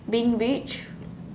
being rich